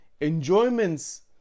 enjoyments